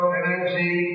energy